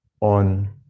on